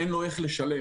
אין לו איך לשלם.